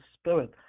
Spirit